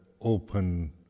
open